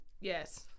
Yes